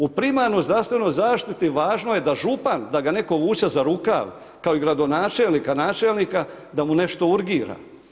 U primarnoj zdravstvenoj zaštiti važno je da župan da ga netko vuče za ruka kao i gradonačelnika, načelnika, da mu nešto urgira.